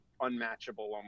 unmatchable